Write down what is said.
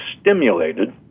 stimulated